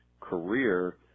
career